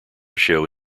showed